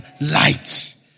light